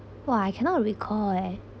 !wah! cannot recall eh